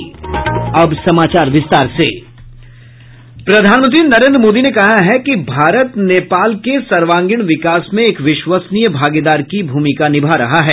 प्रधानमंत्री नरेंद्र मोदी ने कहा है कि भारत नेपाल के सर्वांगीण विकास में एक विश्वसनीय भागीदार की भूमिका निभा रहा है